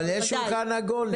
אבל יש שולחן עגול?